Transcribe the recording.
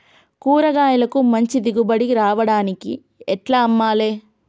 కూరగాయలకు మంచి దిగుబడి రావడానికి ఎట్ల అమ్మాలే?